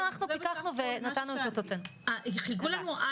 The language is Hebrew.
אנחנו פיקחנו ונתנו את אותותינו.